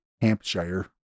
Hampshire